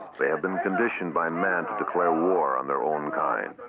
they have been conditioned by man to declare war on their own kind.